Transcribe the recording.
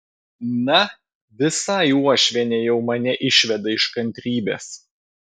na visai uošvienė jau mane išveda iš kantrybės